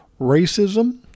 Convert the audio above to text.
racism